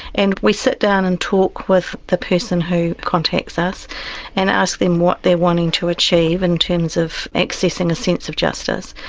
and we sit down and talk with the person who contacts us and ask them what they are wanting to achieve in terms of accessing a sense of justice,